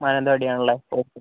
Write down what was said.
മാനന്തവാടി ആണല്ലേ ഓക്കെ